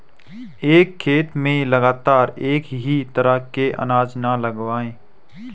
एक खेत में लगातार एक ही तरह के अनाज न लगावें